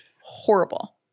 horrible